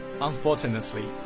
Unfortunately